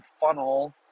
funnel